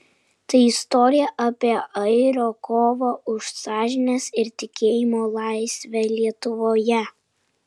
tai istorija apie airio kovą už sąžinės ir tikėjimo laisvę lietuvoje